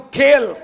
kill